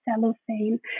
cellophane